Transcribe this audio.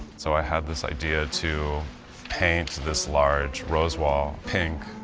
so i had this idea to paint this large rose wall pink.